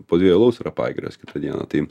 po dviejų alaus yra pagirios kitą dieną tai